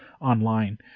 online